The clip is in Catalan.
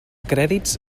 crèdit